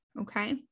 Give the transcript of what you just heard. Okay